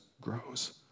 grows